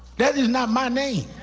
that is not my name.